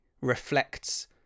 reflects